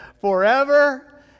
forever